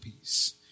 peace